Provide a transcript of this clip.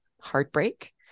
heartbreak